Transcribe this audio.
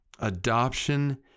adoption